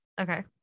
Okay